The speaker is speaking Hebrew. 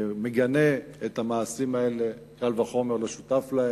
מגנה את המעשים האלה, קל וחומר לא שותף להם,